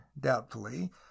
doubtfully